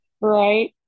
right